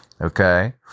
Okay